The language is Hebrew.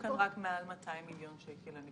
אתם מתייחסים פה רק למעל 200 מיליון שקל?